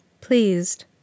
pleased